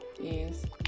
Yes